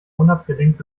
unabgelenkt